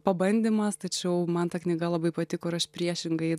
pabandymas tačiau man ta knyga labai patiko ir aš priešingai